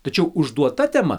tačiau užduota tema